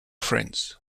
friends